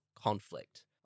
conflict